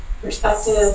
Perspective